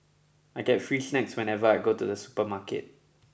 I get free snacks whenever I go to the supermarket